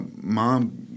Mom